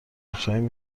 مطمئن